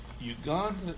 Uganda